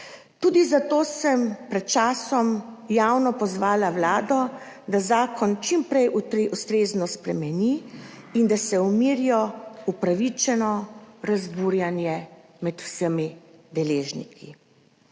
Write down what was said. Tudi zato sem pred časom javno pozvala Vlado, da zakon čim prej ustrezno spremeni in da se umiri upravičeno razburjenje med vsemi deležniki.